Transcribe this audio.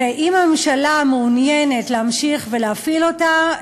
אם הממשלה מעוניינת להמשיך ולהפעיל אותה,